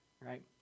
right